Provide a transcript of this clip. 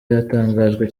yatangajwe